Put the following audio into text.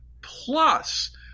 Plus